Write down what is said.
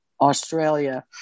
Australia